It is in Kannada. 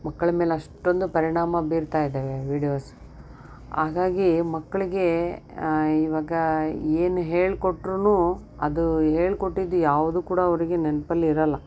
ಮಕ್ಕಳ ಮೇಲೆ ಅಷ್ಟೊಂದು ಪರಿಣಾಮ ಬೀರ್ತಾಯಿದ್ದಾವೆ ವೀಡಿಯೋಸ್ ಹಾಗಾಗಿ ಮಕ್ಕಳಿಗೆ ಇವಾಗ ಏನು ಹೇಳ್ಕೊಟ್ಟರೂನು ಅದು ಹೇಳ್ಕೊಟ್ಟಿದ್ದು ಯಾವುದೂ ಕೂಡ ಅವರಿಗೆ ನೆನಪಲ್ಲಿ ಇರೋಲ್ಲ